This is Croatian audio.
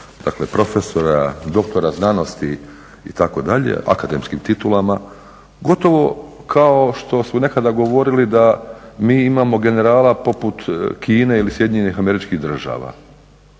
profesora, doktora znanosti itd., akademskim titulama gotovo kao što su nekada govorili da mi imamo generala poput Kine ili SAD. Imamo